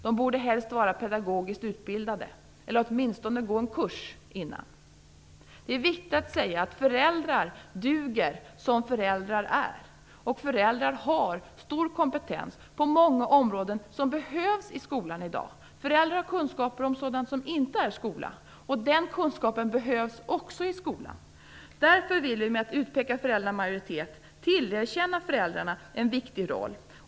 De borde helst vara pedagogiskt utbildade. Åtminstone borde de först gå en kurs. Det är viktigt att säga att föräldrar duger som de föräldrar de är. Föräldrar har en stor kompetens på många områden som behövs i skolan i dag. Föräldrar har kunskaper om sådant som inte är skola. Den kunskapen behövs också i skolan. Genom att peka ut en föräldramajoritet tillerkänner vi föräldrarna en viktig roll.